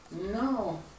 No